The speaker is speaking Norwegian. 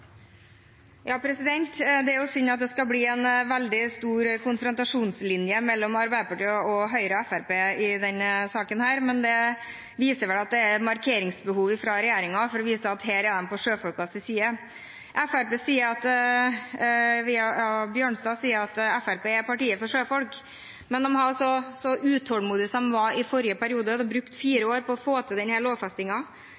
synd at det skal bli en veldig stor konfrontasjonslinje mellom Arbeiderpartiet og Høyre–Fremskrittspartiet i denne saken, men det viser vel at det er et markeringsbehov hos regjeringspartiene for å vise at her er de på sjøfolkenes side. Fremskrittspartiet sier – via Bjørnstad – at Fremskrittspartiet er partiet for sjøfolk. Men de har altså – enda så utålmodige som de var i forrige periode